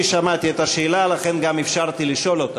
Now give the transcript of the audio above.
אני שמעתי את השאלה, לכן גם אפשרתי לשאול אותה.